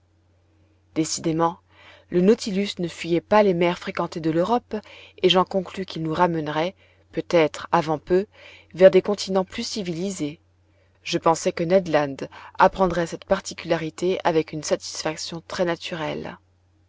décidément le nautilus ne fuyait pas les mers fréquentées de l'europe et j'en conclus qu'il nous ramènerait peut-être avant peu vers des continents plus civilisés je pensai que ned land apprendrait cette particularité avec une satisfaction très naturelle